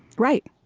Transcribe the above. right.